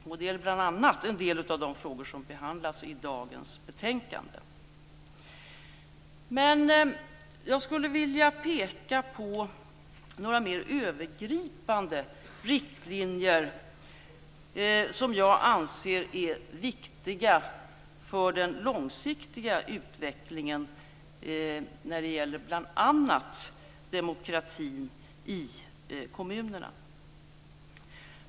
Detta gäller bl.a. en del av de frågor som behandlas i dagens betänkande. Jag vill peka på några mer övergripande riktlinjer som jag anser är viktiga för den långsiktiga utvecklingen av bl.a. demokratin i kommunerna.